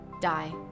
die